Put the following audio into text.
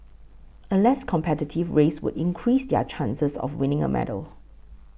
a less competitive race would increase their chances of winning a medal